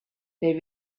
they